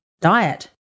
diet